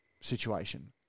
situation